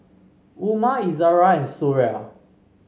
Umar Izzara and Suria